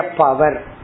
power